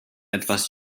etwas